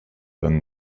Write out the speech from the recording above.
than